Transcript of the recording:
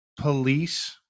police